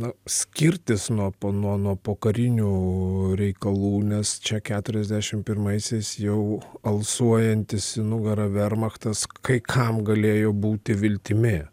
na skirtis nuo po nuo nuo pokarinių reikalų nes čia keturiasdešimt pirmaisiais jau alsuojantis į nugarą vermachtas kai kam galėjo būti viltimi